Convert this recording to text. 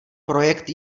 projekt